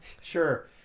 Sure